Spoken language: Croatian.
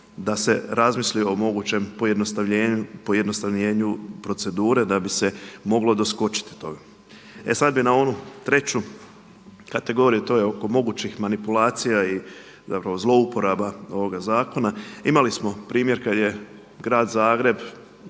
da se razmisli o mogućem pojednostavljenju procedure da bi se moglo doskočiti tome. E sada bih na onu treću kategoriju, to je oko mogućih manipulacija i zapravo zlouporaba ovoga zakona. Imali smo primjer kada je grad Zagreb,